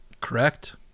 Correct